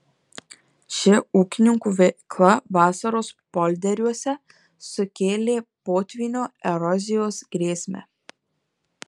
ši ūkininkų veikla vasaros polderiuose sukėlė potvynio erozijos grėsmę